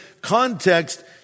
context